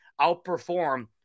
outperform